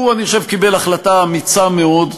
הוא, אני חושב, קיבל החלטה אמיצה מאוד,